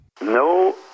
No